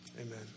Amen